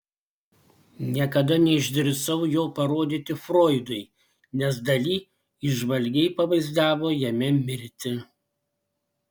niekada neišdrįsau jo parodyti froidui nes dali įžvalgiai pavaizdavo jame mirtį